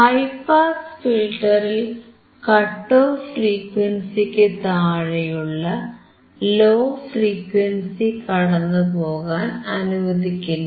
high pass ഫിൽറ്ററിൽ cut off ഫ്രീക്വൻസിക്കു താഴെയുള്ള ലോ ഫ്രീക്വൻസി കടന്നുപോകാൻ അനുവദിക്കില്ല